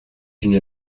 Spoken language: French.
une